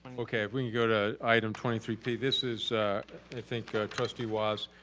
okay, if we can go to item twenty three p this is i think trustee wah's